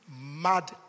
mad